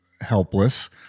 helpless